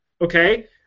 Okay